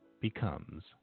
becomes